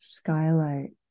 skylight